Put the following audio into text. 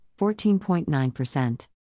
14.9%